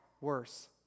worse